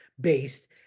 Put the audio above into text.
based